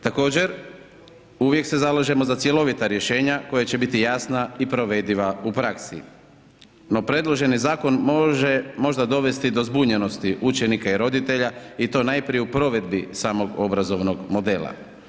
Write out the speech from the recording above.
Također, uvijek se zalažemo za cjelovita rješenja koja će biti jasna i provediva u praksi no preloženi zakon može možda dovesti do zbunjenosti učenika i roditelja i to najprije u provedbi samog obrazovnog modela.